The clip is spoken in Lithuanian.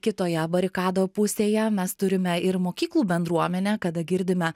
kitoje barikadų pusėje mes turime ir mokyklų bendruomenę kada girdime